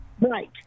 Right